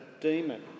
demon